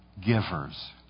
givers